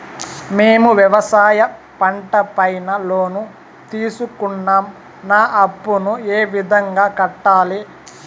మేము వ్యవసాయ పంట పైన లోను తీసుకున్నాం నా అప్పును ఏ విధంగా కట్టాలి